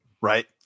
Right